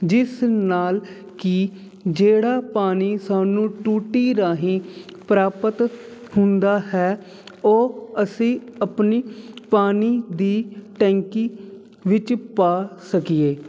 ਜਿਸ ਨਾਲ ਕਿ ਜਿਹੜਾ ਪਾਣੀ ਸਾਨੂੰ ਟੂਟੀ ਰਾਹੀਂ ਪ੍ਰਾਪਤ ਹੁੰਦਾ ਹੈ ਉਹ ਅਸੀਂ ਆਪਣੀ ਪਾਣੀ ਦੀ ਟੈਂਕੀ ਵਿੱਚ ਪਾ ਸਕੀਏ